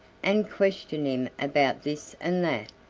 and questioned him about this and that,